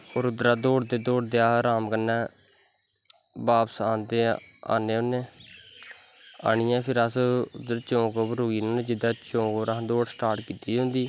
और उध्दरा दा दौड़दे दौड़दे अस राम कन्नै बापस आने होने आनियै फिर अस उध्दर चौंर पर रुकी जन्ने होने जिद्दर चौंक परा असैं दौड़ स्टार्ट कीती दी होंदी